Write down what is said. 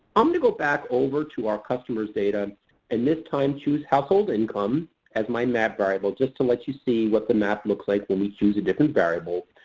i'm going to go back over to our customer's data and this time choose household income as my map variable just to let you see what the map looks like when we choose a different variable.